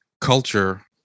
culture